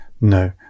No